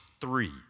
three